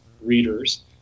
readers